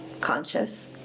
conscious